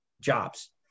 jobs